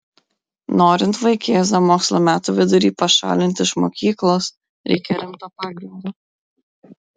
norint vaikėzą mokslo metų vidury pašalinti iš mokyklos reikia rimto pagrindo